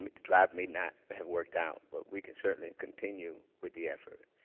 um drive may not have worked out, but we can certainly continue with the effort.